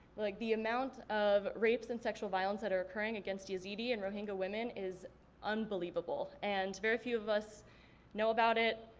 like the amount of rapes and sexual violence that are occurring against yazidi and rohingya women is unbelievable and very few of us know about it.